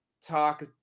talk